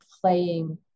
playing